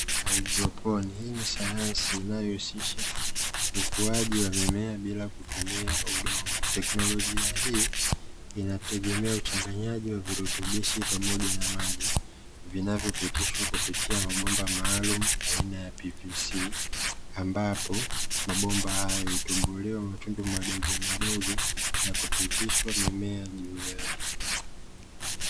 Haidroponi, hii ni sayansi inayohusisha ukuaji wa mimea bila kutumia udongo. Teknolojia hii inategemea uchanganyaji wa virutubishi pamoja na maji, vinavyopitishwa kupitia mabomba maalumu aina ya "PVC", ambapo mabomba hayo hutobolewa matundu madogomadogo na kupitishwa mimea juu yake.